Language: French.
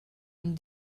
une